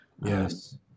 Yes